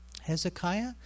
Hezekiah